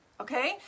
okay